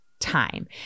Time